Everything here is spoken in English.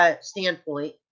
standpoint